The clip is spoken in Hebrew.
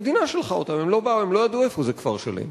המדינה שלחה אותם, הם לא ידעו איפה זה כפר-שלם.